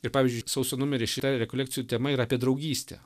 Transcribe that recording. ir pavyzdžiui sausio numery šita rekolekcijų tema ir apie draugystę